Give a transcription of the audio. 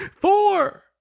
Four